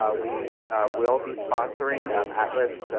ah we will be sponsoring um atlas,